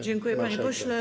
Dziękuję, panie pośle.